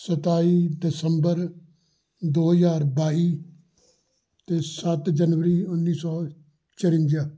ਸਤਾਈ ਦਸੰਬਰ ਦੋ ਹਜ਼ਾਰ ਬਾਈ ਅਤੇ ਸੱਤ ਜਨਵਰੀ ਉੱਨੀ ਸੌ ਚਰੁਨਜਾ